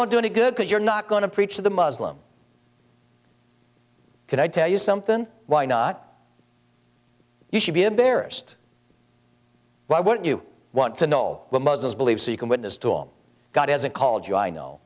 won't do any good because you're not going to preach to the muslim can i tell you something why not you should be embarrassed why wouldn't you want to know what muslims believe so you can witness to all god hasn't called you i know